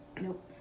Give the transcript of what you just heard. Nope